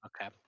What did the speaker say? Okay